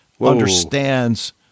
understands